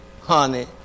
Honey